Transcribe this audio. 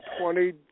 twenty